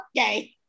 Okay